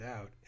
out